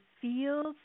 feels